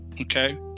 okay